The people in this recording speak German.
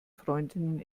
freundinnen